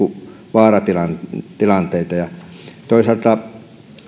vaaratilanteita toisaalta kun